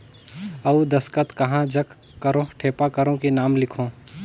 अउ दस्खत कहा जग करो ठेपा करो कि नाम लिखो?